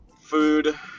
food